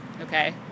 Okay